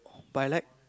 but I like